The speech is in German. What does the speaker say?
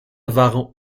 waren